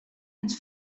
ens